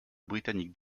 britannique